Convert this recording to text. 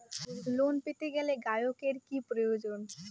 Loan পেতে গেলে গ্রাহকের কি প্রয়োজন?